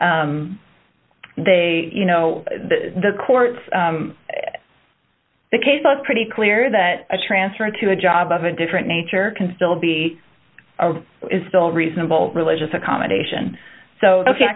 they you know the courts the case was pretty clear that a transfer to a job of a different nature can still be is still reasonable religious accommodation so ok